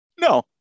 No